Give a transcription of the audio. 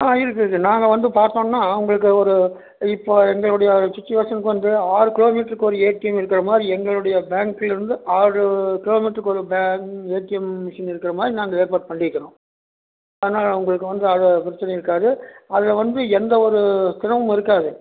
ஆ இருக்குது இருக்குது நாங்கள் வந்து பார்த்தோன்னா உங்களுக்கு ஒரு இப்போ எங்களுடைய அது சுச்சிவேஷனுக்கு வந்து ஆறு கிலோ மீட்டருக்கு ஒரு ஏடிஎம் இருக்கிற மாதிரி எங்களுடைய பேங்க்லிருந்து ஆறு கிலோ மீட்டருக்கு ஒரு பேங்க் ஏடிஎம் மிஷின் இருக்கிற மாதிரி நாங்க ஏற்பாடு பண்ணிருக்கோம் ஆனால் உங்களுக்கு வந்து அத பிரச்சினை இருக்காது அதில் வந்து எந்த ஒரு சிரமமும் இருக்காது